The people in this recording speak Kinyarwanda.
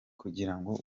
kugirango